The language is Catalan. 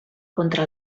contra